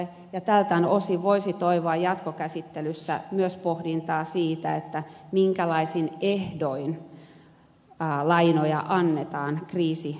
ja tältä osin voisi toivoa jatkokäsittelyssä myös pohdintaa siitä minkälaisin ehdoin lainoja annetaan kriisivaltioille